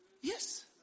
Yes